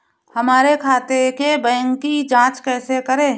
हमारे खाते के बैंक की जाँच कैसे करें?